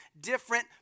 different